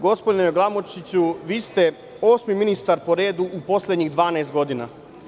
Gospodine Glamočiću, vi ste osmi ministar po redu u poslednjih 12 godina.